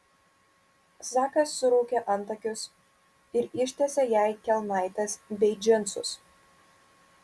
zakas suraukė antakius ir ištiesė jai kelnaites bei džinsus